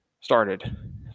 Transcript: started